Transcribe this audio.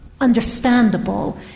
understandable